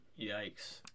Yikes